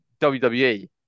WWE